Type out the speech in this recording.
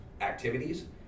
activities